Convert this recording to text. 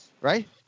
right